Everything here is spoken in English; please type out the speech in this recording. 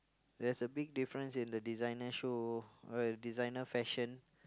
there's a big difference in the designer shoe well designer fashion